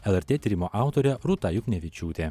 lrt tyrimo autorė rūta juknevičiūtė